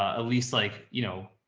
ah least like, you know,